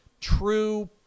true